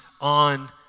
on